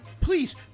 please